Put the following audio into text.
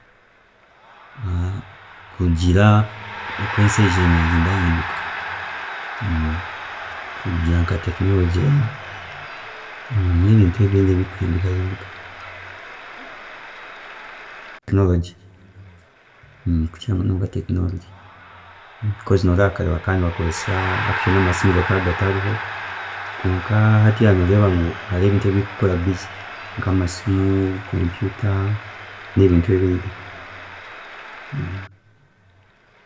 Kurugiirira oku ensi eyijire nehindahinduka, kurugiirira nka technology nebintu bindi ebiri kuhinduka, technology kukira munonga technology because noreeba kare bakaba nibakozesa actually namasimu gakaba gatariho, kwonka hatiya noreeba ngu hariho ebintu bingi ebiri kukukora busy nkamasimu, computer nebintu ebindi